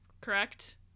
correct